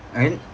I mean